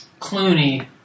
Clooney